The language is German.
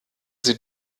sie